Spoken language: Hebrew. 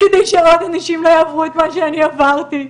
כדי שעוד אנשים לא יעברו את מה שאני עברתי,